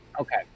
Okay